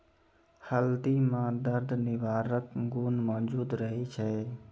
हल्दी म दर्द निवारक गुण मौजूद रहै छै